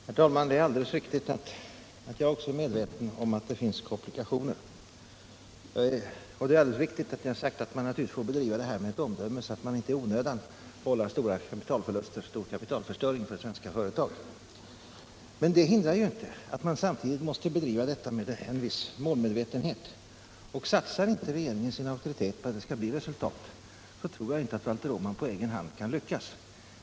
Herr talman! Det är alldeles riktigt att jag är medveten om att det finns komplikationer. Jag har sagt att man naturligtvis får bedriva detta arbete med omdöme, så att man inte i onödan vållar stora kapitalförluster och stor kapitalförstöring för svenska företag. Men det hindrar inte att man samtidigt måste bedriva det med en viss målmedvetenhet. Satsar inte regeringen sin auktoritet på att det skall bli resultat, tror jag inte att Valter Åman på egen hand kan lyckas.